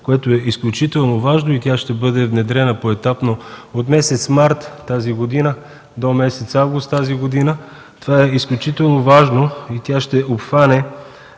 което е изключително важно и тя ще бъде внедрена поетапно от месец март тази година до месец август тази година. Това е изключително важно – тя ще обхване